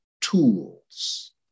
tools